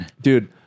Dude